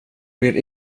blir